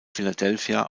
philadelphia